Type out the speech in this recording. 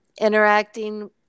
interacting